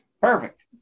perfect